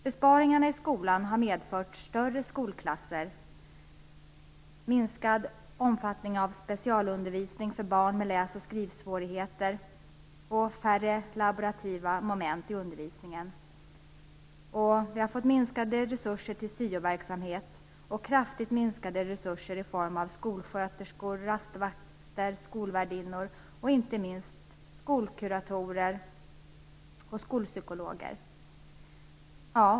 Besparingarna i skolan har medfört större skolklasser, minskad omfattning av specialundervisning för barn med läs och skrivsvårigheter och färre laborativa moment i undervisningen. Vi har fått minskade resurser till syoverksamhet och kraftigt minskade resurser till skolsköterskor, rastvakter, skolvärdinnor och inte minst skolkuratorer och skolpsykologer.